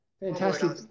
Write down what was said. Fantastic